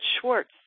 Schwartz